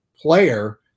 player